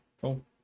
cool